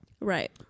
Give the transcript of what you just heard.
Right